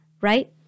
right